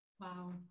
wow